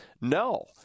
No